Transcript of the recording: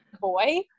boy